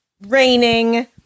raining